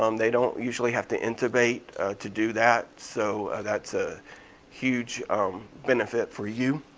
um they don't usually have to intubate to do that so that's a huge benefit for you.